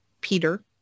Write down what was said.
Peter